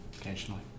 Occasionally